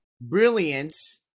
Brilliance